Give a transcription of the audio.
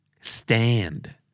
Stand